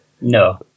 no